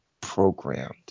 programmed